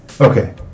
okay